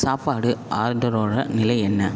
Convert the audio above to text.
சாப்பாடு ஆர்டரோட நிலை என்ன